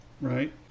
right